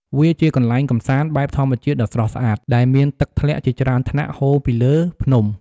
វាជាកន្លែងកម្សាន្តបែបធម្មជាតិដ៏ស្រស់ស្អាត ដែលមានទឹកធ្លាក់ជាច្រើនថ្នាក់ហូរពីលើភ្នំ។